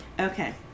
Okay